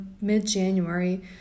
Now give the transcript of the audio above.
mid-January